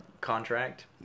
contract